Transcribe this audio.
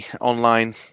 online